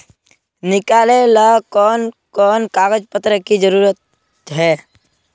निकाले ला कोन कोन कागज पत्र की जरूरत है?